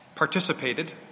participated